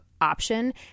option